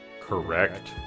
Correct